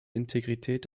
integrität